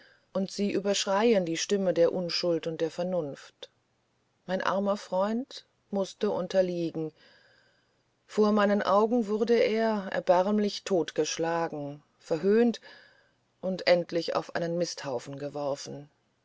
und sie überschreien die stimme der unschuld und der vernunft mein armer freund mußte unterliegen vor meinen augen wurde er erbärmlich totgeschlagen verhöhnt und endlich auf einen misthaufen geworfen